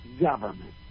government